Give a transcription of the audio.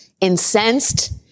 incensed